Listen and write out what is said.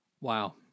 Wow